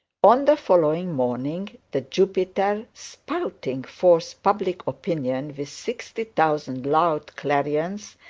on the following morning the jupiter, spouting forth public opinion with sixty thousand loud clarions,